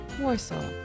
Warsaw